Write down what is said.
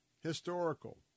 historical